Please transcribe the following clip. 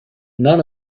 none